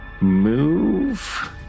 move